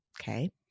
Okay